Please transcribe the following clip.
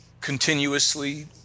continuously